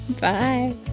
bye